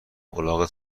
الاغت